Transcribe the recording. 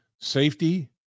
safety